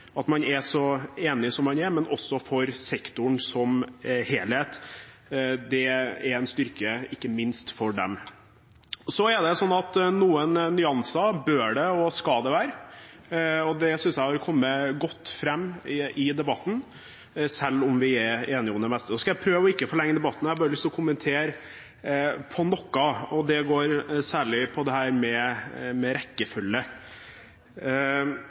at man er så enig som man er, men også for sektoren som helhet. Det er en styrke ikke minst for dem. Så er det sånn at noen nyanser bør det og skal det være. Det synes jeg har kommet godt fram i debatten, selv om vi er enige om det meste. Nå skal jeg prøve ikke å forlenge debatten. Jeg har bare lyst til å kommentere noe, og det går særlig på dette med rekkefølge.